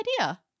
idea